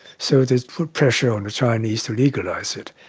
so they put pressure on the chinese to legalise it.